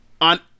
on